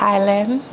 Thailand